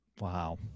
Wow